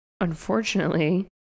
Unfortunately